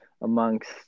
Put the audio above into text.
amongst